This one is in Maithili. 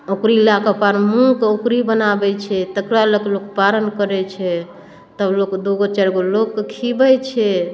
औङ्करी लए कऽ पारण मूङ्गके औङ्करी बनाबै छै तकरा लए कऽ लोक पारण करै छै तब लोक दू गो चारि गो लोगके खिबै छै